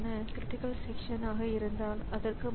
CPU மற்றும் device கன்ட்ரோலர்கள் இணையாக இயங்க முடியும்